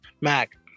Mac